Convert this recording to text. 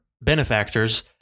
benefactors